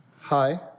Hi